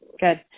Good